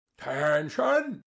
Tension